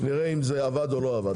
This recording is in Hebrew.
נראה אם זה עבד או לא עבד.